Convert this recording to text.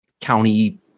county